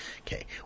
okay